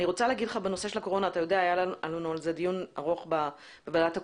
בנושא של הקורונה היה על זה דיון ארוך בוועדת הקורונה.